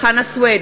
חנא סוייד,